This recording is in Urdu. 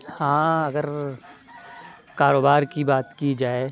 ہاں اگر کاروبار کی بات کی جائے